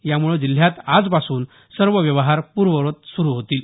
यामुळे जिल्ह्यात आजपासून सर्व व्यवहार पूर्ववत सुरू होतील